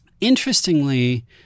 Interestingly